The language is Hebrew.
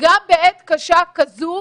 גם בעת קשה כזו,